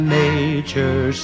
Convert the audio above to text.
nature